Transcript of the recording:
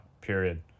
period